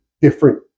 different